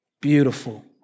beautiful